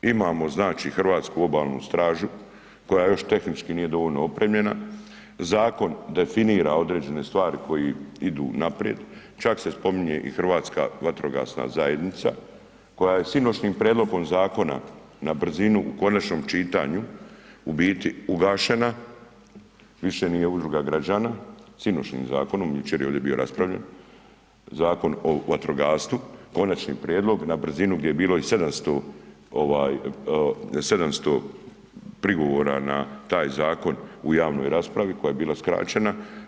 Imamo znači Hrvatsku obalnu stražu koja još tehnički nije dovoljno opremljena, zakon definira određene stvari koje idu naprijed, čak se spominje i Hrvatska vatrogasna zajednica koja je sinoćnjim prijedlogom zakona na brzinu u konačnom čitanju u biti ugašena, više nije udruga građana, sinoćnjim zakonom, jučer je ovdje bio raspravljen, Zakon o vatrogastvu, na brzinu gdje je bilo i 700 prigovora na taj zakon u javnoj raspravi koja je bila skraćena.